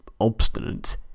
obstinate